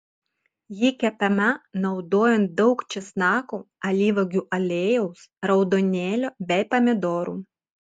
ji kepama naudojant daug česnakų alyvuogių aliejaus raudonėlio bei pomidorų